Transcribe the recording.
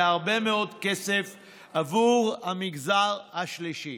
זה הרבה מאוד כסף עבור המגזר השלישי.